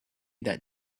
that